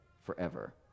forever